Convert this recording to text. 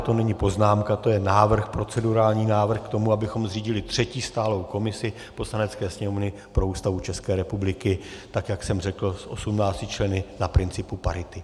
To není poznámka, to je procedurální návrh k tomu, abychom zřídili třetí stálou komisi Poslanecké sněmovny pro Ústavu České republiky tak, jak jsem řekl, s 18 členy na principu parity.